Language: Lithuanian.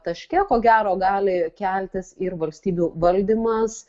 taške ko gero gali keltis ir valstybių valdymas